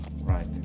Right